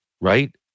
right